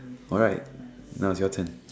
alright now's your turn